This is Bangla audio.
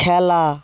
খেলা